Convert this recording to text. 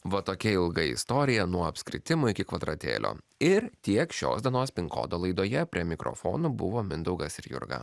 va tokia ilga istorija nuo apskritimo iki kvadratėlio ir tiek šios dienos pin kodo laidoje prie mikrofono buvo mindaugas ir jurga